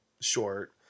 short